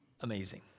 amazing